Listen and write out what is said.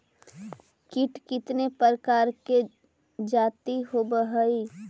कीट कीतने प्रकार के जाती होबहय?